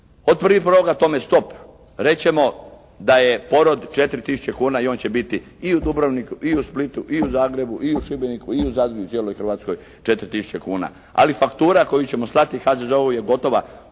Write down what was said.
Od 1.1. tome stop. Reći ćemo da je porod 4 tisuće kuna i on će biti i u Dubrovniku i u Splitu i u Zagrebu i Šibeniku i u Zadru i cijeloj Hrvatskoj 4 tisuće kuna. Ali faktura koju ćemo slati HZZO-u je gotova,